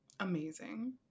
Amazing